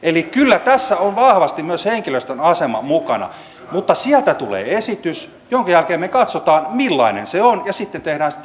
eli kyllä tässä on vahvasti myös henkilöstön asema mukana mutta sieltä tulee esitys jonka jälkeen me katsomme millainen se on ja sitten tehdään siitä johtopäätöksiä